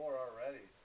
already